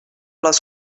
les